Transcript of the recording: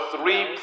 three